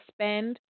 spend